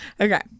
Okay